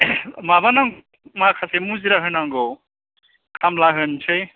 माबा नाम माखासे मुजिरा होनांगौ खामला होनसै